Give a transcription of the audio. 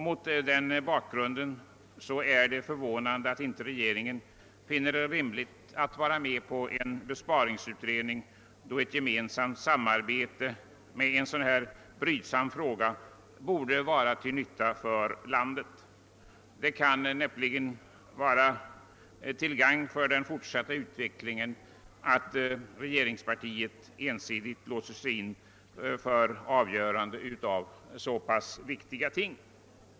Mot denna bakgrund är det förvånande att regeringen inte finner det rimligt att tillsätta en besparingsutredning. Ett gemensamt samarbete i en så brydsam fråga som denna borde vara till nytta för landet. Det kan näppeligen gagna den fortsatta utvecklingen att regeringspartiet ensidigt låser sig för avgöranden i så pass viktiga sammanhang.